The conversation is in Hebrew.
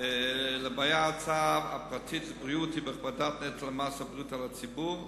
לבעיית ההוצאה הפרטית לבריאות היא בהכבדת נטל מס הבריאות על הציבור,